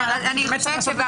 צריכה להיות